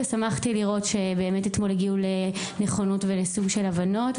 ושמחתי לראות שבאמת הגיעו אתמול לסוג של הבנות.